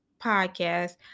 podcast